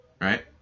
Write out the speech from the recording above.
right